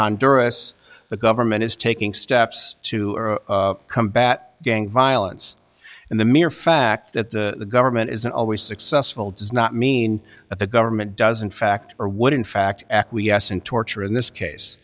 honduras the government is taking steps to combat gang violence and the mere fact that the government isn't always successful does not mean that the government doesn't fact or would in fact acquiesce in torture in this case